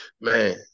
Man